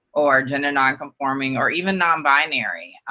or gender nonconforming, or even non-binary.